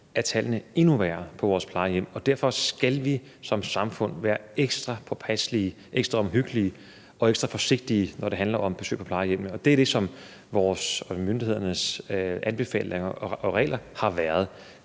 er tallene endnu værre for plejehjemmene. Derfor skal vi som samfund være ekstra påpasselige, ekstra omhyggelige og ekstra forsigtige, når det handler om besøg på plejehjemmene. Det er sådan, myndighedernes regler og anbefalinger har været.